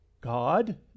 God